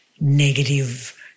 negative